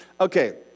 okay